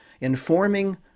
informing